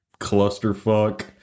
clusterfuck